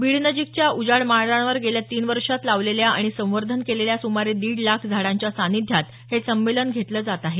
बीड नजिकच्या उजाड माळरानावर गेल्या तीन वर्षांत लावलेल्या आणि संवर्धनकेलेल्या सुमारे दीड लाख झाडांच्या सान्निध्यात हे संमेलन घेतलं जात आहे